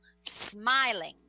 smiling